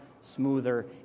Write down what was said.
smoother